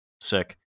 sick